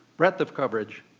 breadth of coverage,